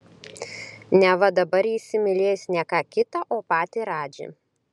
neva dabar ji įsimylėjusi ne ką kitą o patį radžį